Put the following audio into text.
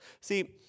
See